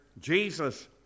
Jesus